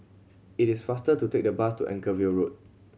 it is faster to take the bus to Anchorvale Road